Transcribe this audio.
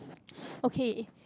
okay